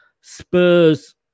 spurs